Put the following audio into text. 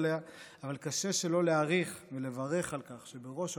אבל קשה שלא להעריך ולברך על כך שבראש המערכת הצבאית